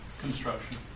Construction